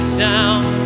sound